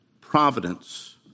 providence